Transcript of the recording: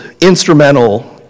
instrumental